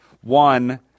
One